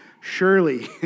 surely